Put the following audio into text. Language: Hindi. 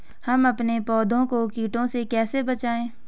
हम अपने पौधों को कीटों से कैसे बचाएं?